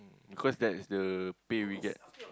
because that is the pay weekend